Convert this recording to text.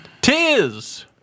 Tis